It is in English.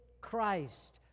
Christ